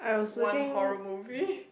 one horror movie